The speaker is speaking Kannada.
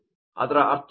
ಅದರ ಅರ್ಥವೇನು